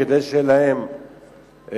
כדי שתהיה להם אוטונומיה,